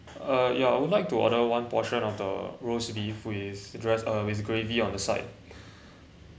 uh ya I would like to order one portion of the roast beef with address with gravy on the side